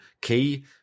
key